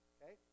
Okay